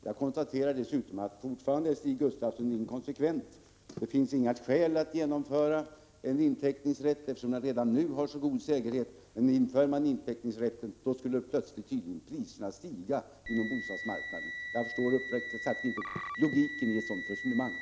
Jag konstaterar dessutom att Stig Gustafsson fortfarande är inkonsekvent — det finns inte några skäl att genomföra en inteckning, eftersom man redan nu har så god säkerhet, men inför man inteckningsrätt skulle priserna på bostadsmarknaden plötsligt stiga. Jag förstår uppriktigt sagt inte logiken i ett sådant resonemang.